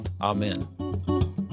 Amen